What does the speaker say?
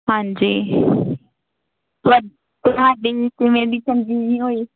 ਹਾਂਜੀ ਤੁਹਾ ਤੁਹਾਡੀ ਵੀ ਕਿਵੇਂ ਦੀ ਚੰਗੀ ਨਹੀਂ ਹੋਈ